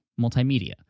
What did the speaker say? multimedia